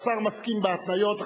השר מסכים, בהתניות.